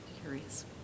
curious